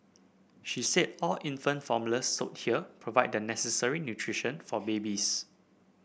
she said all infant formula sold here provide the necessary nutrition for babies